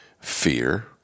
fear